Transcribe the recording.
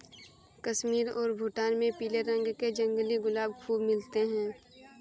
कश्मीर और भूटान में पीले रंग के जंगली गुलाब खूब मिलते हैं